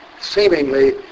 seemingly